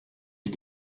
ich